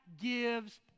gives